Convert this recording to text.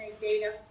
data